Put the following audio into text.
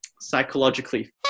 psychologically